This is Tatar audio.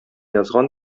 язган